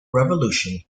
revolution